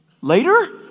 later